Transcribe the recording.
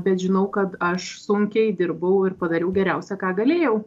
bet žinau kad aš sunkiai dirbau ir padariau geriausia ką galėjau